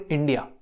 India